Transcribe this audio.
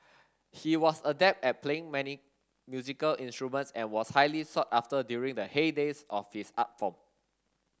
he was adept at playing many musical instruments and was highly sought after during the heydays of his art form